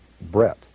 Brett